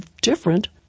different